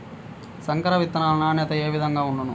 సంకర విత్తనాల నాణ్యత ఏ విధముగా ఉండును?